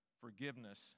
forgiveness